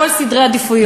הכול זה סדרי עדיפויות.